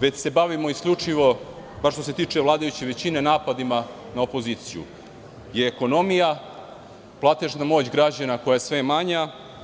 već se bavimo isključivo, bar što se tiče vladajuće većine, napadima na opoziciju, je ekonomija, platežna moć građana koja je sve manja.